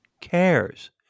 cares